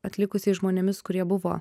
atlikusiais žmonėmis kurie buvo